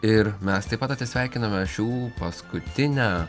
ir mes taip pat atsisveikiname šių paskutinę